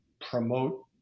promote